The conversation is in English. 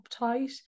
uptight